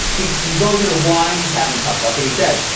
he he goes into why he's having tough luck and he says,